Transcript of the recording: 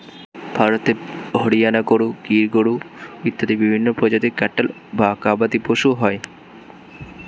ভারতে হরিয়ানা গরু, গির গরু ইত্যাদি বিভিন্ন প্রজাতির ক্যাটল বা গবাদিপশু হয়